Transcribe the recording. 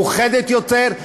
מאוחדת יותר,